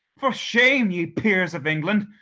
for shame, ye peers of england,